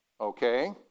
okay